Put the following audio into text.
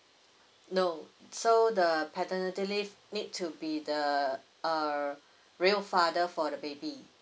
no so the the paternity leave need to be the err real father for the baby